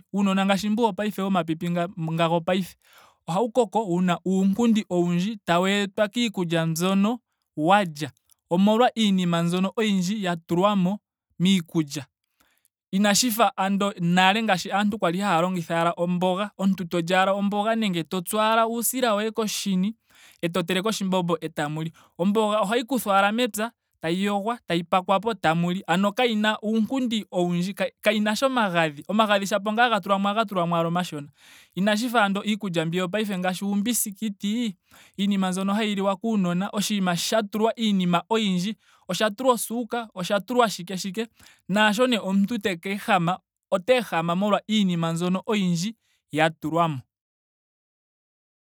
Uunona ngaashi mbu wopaife womapipi nga- nga gopaife. ohawu koko wuna uunkundi owundji tawu etwa kiikulya mbyoka wa lya. Omolwa iinima oyindji mbyono ya tulwamo miikulya. Inashi fa ando nale ngaashi aantu kwali haya longitha omboga. omuntu to li ashike omboga nenge to tsu ashike uusila woye koshini eto teleke oshimbombo etamu li. Omboga ohayi kuthwa ashike mepya. tayi yogwa. tayi pakwapo. tamu li. ano kayina uunkundi owundji. kayina omagadhi. omagadhi shapo nga haga tulwamo ohaga tulwamo ashike omashona. Inashi fa andola iikulya mbi yopaife ngaashi uumbisikiti. iinima mbyoka hayi liwa kuunona. oshinima sha tulwa iinima oyindji. osha tulwa osuuka. osha tulwa shike shike. naasho nee omuntu taka ehama. ota ehama omolwa iinima mbyono oyindji ya tulwa mo